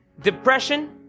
Depression